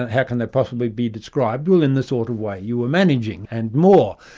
how can they possibly be described? well, in the sort of way you were managing, and more.